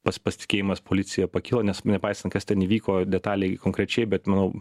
pats pasitikėjimas policija pakilo nes nepaisant kas ten įvyko detaliai konkrečiai bet manau